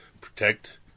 protect